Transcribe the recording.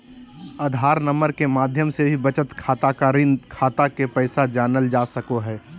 आधार number के माध्यम से भी बचत खाता या ऋण खाता के पैसा जानल जा सको हय